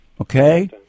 Okay